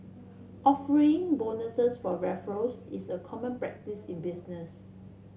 offering bonuses for referrals is a common practice in business